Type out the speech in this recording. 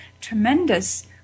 tremendous